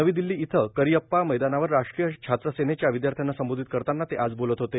नवी दिल्ली इथं करियप्पा मैदानावर राष्ट्रीय छात्रसेनेच्या विद्यार्थ्यांना संबोधित करताना ते आज बोलत होते